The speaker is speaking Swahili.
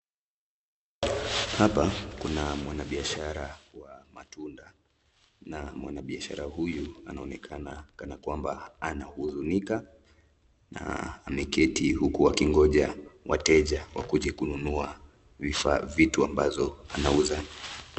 Hapa kuna mwanabiashara wa matunda, na mwanabiashara huyu anaonekana kana kwamba anahuzunika na ameketi huku akingoja wateja waje kununua bidhaa vitu ambavyo anauza.